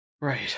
Right